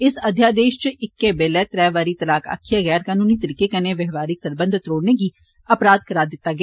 इस अध्यादेष च इक्कै बेल्लै त्रै बारी तलाक आक्खियै गैर कनूनी तरीके कन्नै वैवाहिक सरबंध तोड़ने गी अपराध करार दित्ता ऐ